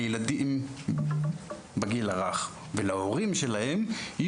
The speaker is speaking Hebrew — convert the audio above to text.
לילדים בגיל הרך ולהורים שלהם,